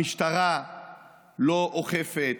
המשטרה לא אוכפת,